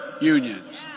unions